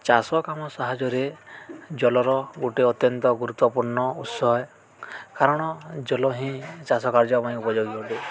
ଚାଷ କାମ ସାହାଯ୍ୟରେ ଜଳର ଗୋଟେ ଅତ୍ୟନ୍ତ ଗୁରୁତ୍ୱପୂର୍ଣ୍ଣ ଉତ୍ସ କାରଣ ଜଳ ହିଁ ଚାଷ କାର୍ଯ୍ୟ ପାଇଁ ଉପଯୋଗୀ ଅଟେ